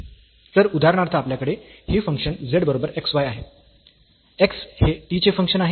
तर उदाहरणार्थ आपल्याकडे हे फंक्शन z बरोबर xy आहे x हे t चे फंक्शन आहे